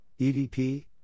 EDP